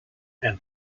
and